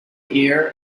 ear